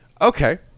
Okay